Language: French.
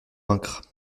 vaincre